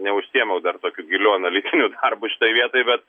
neužsiėmiau dar tokiu giliu analitiniu darbu šitoj vietoj bet